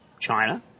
China